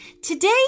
Today